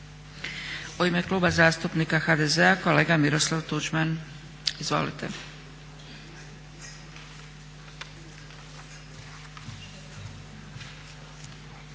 U ime Kluba zastupnika HDZ-a kolega Miroslav Tuđman. Izvolite.